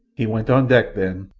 he went on deck then,